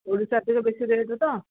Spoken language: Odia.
ଓଡ଼ିଶାଟି ରୁ ବେଶୀ ରେଟ୍ ତ